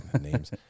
names